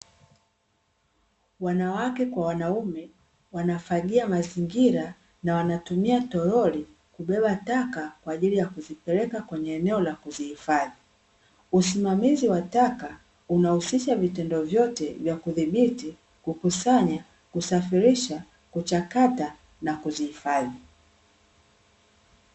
Wanawake kwa wanaume wanafagia mazingira na wanatumia toroli kubeba taka kwa ajili ya kuzipeleka kwenye eneo la kuzihifadhi. Usimamizi wa taka unahusisha vitendo vyote vya kudhibiti kukusanya, kusafirisha, kuchakata na kuzihifadhi .